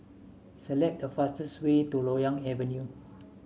select the fastest way to Loyang Avenue